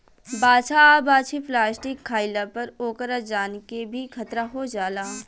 बाछा आ बाछी प्लास्टिक खाइला पर ओकरा जान के भी खतरा हो जाला